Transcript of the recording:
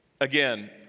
Again